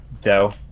Dell